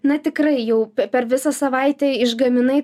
na tikrai jau per visą savaitę išgaminai